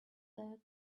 that